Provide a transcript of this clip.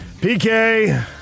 PK